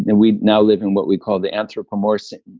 and we now live in what we call the anthropomorcine.